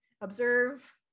observe